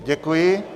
Děkuji.